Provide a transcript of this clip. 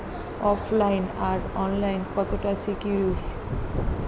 ওফ line আর online কতটা secure?